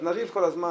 אז נריב כל הזמן,